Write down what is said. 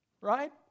right